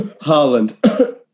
Harland